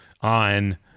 on